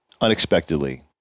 unexpectedly